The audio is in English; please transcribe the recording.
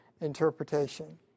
interpretation